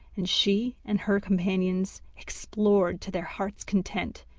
and she and her companions explored to their heart's content,